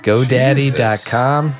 GoDaddy.com